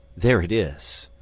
there it is.